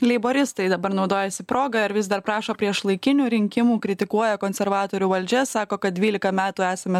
leiboristai dabar naudojasi proga ir vis dar prašo priešlaikinių rinkimų kritikuoja konservatorių valdžia sako kad dvylika metų esame